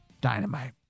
Dynamite